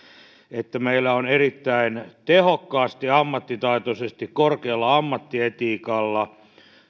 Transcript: että meillä on erittäin tehokkaasti ammattitaitoisesti korkealla ammattietiikalla